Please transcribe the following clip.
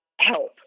help